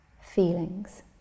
feelings